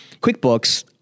QuickBooks